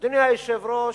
אדוני היושב-ראש,